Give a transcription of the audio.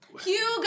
Hugo